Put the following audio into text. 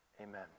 Amen